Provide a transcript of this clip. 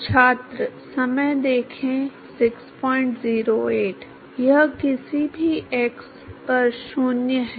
यह किसी भी x पर 0 है